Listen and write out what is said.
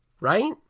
right